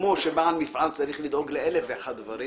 כמו שבעל מפעל צריך לדאוג לאלף ואחד דברים